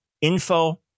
info